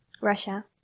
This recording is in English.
Russia